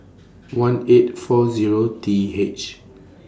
one eight four Zero T H